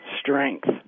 strength